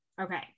Okay